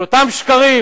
של אותם שקרים.